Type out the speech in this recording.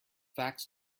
facts